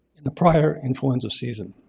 in the prior influenza season.